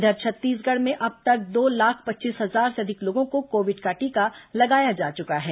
इधर छत्तीसगढ़ में अब तक दो लाख पच्चीस हजार से अधिक लोगों को कोविड का टीका लगाया जा चुका है